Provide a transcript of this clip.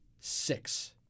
Six